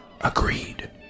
Agreed